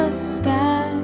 and sky